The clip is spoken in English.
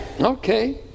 Okay